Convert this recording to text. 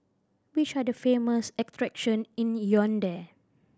which are the famous attraction in Yaounde